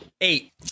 Eight